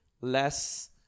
less